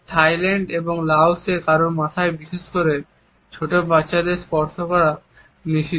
Thailand এবং লাওসে কারো মাথায় বিশেষ করে ছোট বাচ্চাদের স্পর্শ করা নিষিদ্ধ